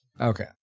Okay